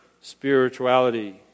spirituality